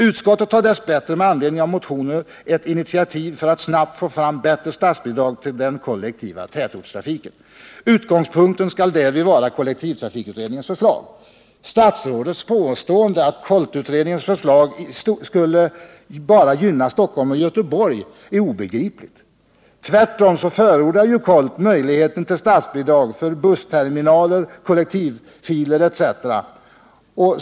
Utskottet tar dessbättre med anledning av motioner ett initiativ för att snabbt få fram bättre statsbidrag till den kollektiva tätortstrafiken. Utgångspunkten skall därvid vara kollektivtrafikutredningens förslag. Statsrådets påstående, att KOLT-utredningens förslag bara skulle gynna Stockholm och Göteborg, är obegripligt. Tvärtom förordar ju KOLT möjligheter till statsbidrag för bussterminaler, kollektivtrafikfiler etc.